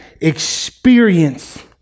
experience